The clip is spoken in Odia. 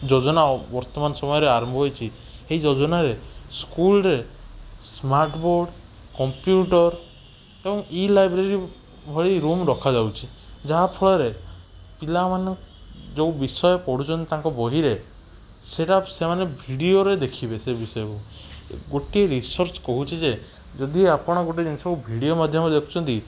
ଯୋଜନା ବର୍ତ୍ତମାନ ସମୟରେ ଆରମ୍ଭ ହୋଇଛି ହେଇ ଯୋଜନାରେ ସ୍କୁଲ ରେ ସ୍ମାର୍ଟ ବୋର୍ଡ଼ କମ୍ପ୍ୟୁଟର ଏବଂ ଇ ଲାଇବ୍ରେରି ଭଳି ରୁମ୍ ରଖାଯାଉଛି ଯାହାଫଳରେ ପିଲାମାନେ ଯେଉଁ ବିଷୟ ପଢ଼ୁଛନ୍ତି ତାଙ୍କ ବହିରେ ସେଇଟା ସେମାନେ ଭିଡ଼ିଓରେ ଦେଖିବେ ସେ ବିଷୟକୁ ଗୋଟିଏ ରିସର୍ଚ୍ଚ କହୁଛି ଯେ ଯଦି ଆପଣ ଗୋଟିଏ ଜିନିଷକୁ ଭିଡ଼ିଓ ମାଧ୍ୟମରେ ଦେଖୁଛନ୍ତି